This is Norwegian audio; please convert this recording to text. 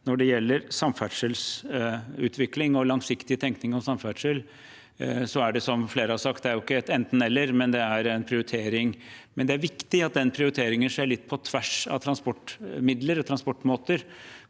når det gjelder samferdselsutvikling og langsiktig tenkning om samferdsel, er det, som flere har sagt, ikke et enten–eller, men en prioritering. Det er viktig at den prioriteringen skjer litt på tvers av transportmidler og transportmåter,